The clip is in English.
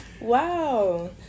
Wow